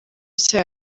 nshya